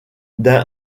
d’un